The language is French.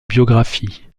biographie